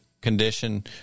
condition